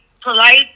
polite